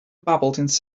babbled